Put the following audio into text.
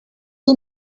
you